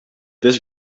this